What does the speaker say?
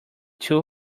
two